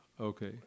okay